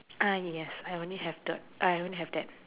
ah yes I only have the I only have that